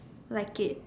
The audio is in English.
like it